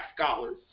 scholars